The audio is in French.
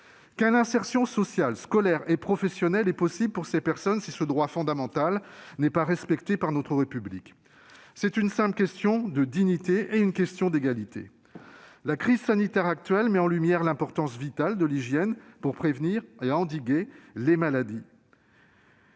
Quelle insertion sociale, scolaire et professionnelle est possible pour ces personnes si ce droit fondamental n'est pas respecté par notre République ? C'est une simple question de dignité et d'égalité. La crise sanitaire actuelle met en lumière l'importance vitale de l'hygiène pour prévenir et endiguer les maladies.